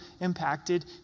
impacted